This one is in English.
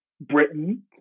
Britain